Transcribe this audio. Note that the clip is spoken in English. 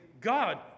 God